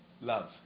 love